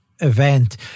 event